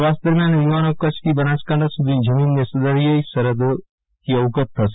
પ્રવાસ દરમિયાન આ યુ વાનો કચ્છથી બનાસકાંઠા સુ ધીની જમીનને દરિયાઈ સરહદોથી વગત થશે